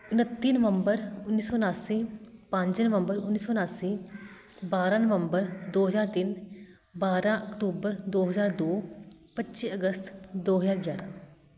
ਉਣੱਤੀ ਨਵੰਬਰ ਉੱਨੀ ਸੌ ਉਣਾਸੀ ਪੰਜ ਨਵੰਬਰ ਉੱਨੀ ਸੌ ਉਣਾਸੀ ਬਾਰ੍ਹਾਂ ਨਵੰਬਰ ਦੋ ਹਜ਼ਾਰ ਤਿੰਨ ਬਾਰ੍ਹਾਂ ਅਕਤੂਬਰ ਦੋ ਹਜ਼ਾਰ ਦੋ ਪੱਚੀ ਅਗਸਤ ਦੋ ਹਜ਼ਾਰ ਗਿਆਰ੍ਹਾਂ